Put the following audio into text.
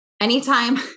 anytime